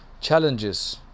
Challenges